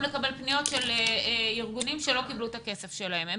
לקבל פניות של ארגונים שלא קיבלו את הכסף שלהם.